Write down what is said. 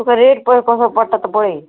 तुका रेट कोण पडटा तो पळय